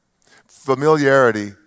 familiarity